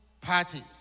parties